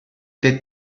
che